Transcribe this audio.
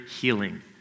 healing